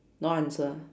no answer